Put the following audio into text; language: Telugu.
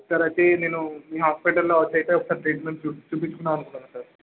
ఒక సారి అయితే నేను మీ హాస్పిటల్లో వచ్చి అయితే ఒక సారి ట్రీట్మెంట్ చూ చూపించుకుందామని అనుకుంటున్నాను సార్